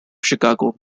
chicago